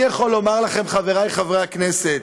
אני יכול לומר לכם, חברי חברי הכנסת,